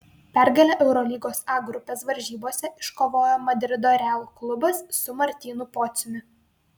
pergalę eurolygos a grupės varžybose iškovojo madrido real klubas su martynu pociumi